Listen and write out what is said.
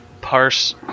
parse